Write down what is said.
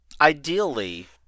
Ideally